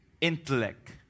intellect